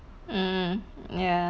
mm ya